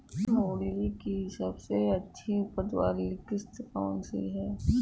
मूली की सबसे अच्छी उपज वाली किश्त कौन सी है?